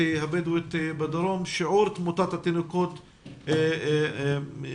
הבדווית בדרום שיעור תמותת התינוקות כפול,